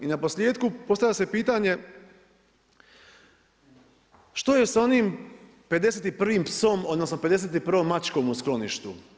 I naposljetku, postavlja se pitanje što je s onim 51 psom odnosno 51 mačkom u skloništu?